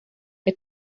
que